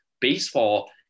baseball